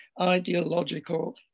Ideological